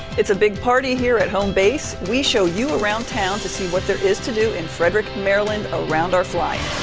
it's a big party here at home base. we show you around town to see what there is to do in frederick, maryland around our flights.